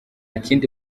kindi